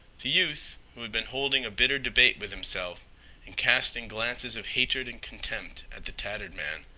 the youth, who had been holding a bitter debate with himself and casting glances of hatred and contempt at the tattered man,